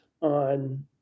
on